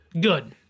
good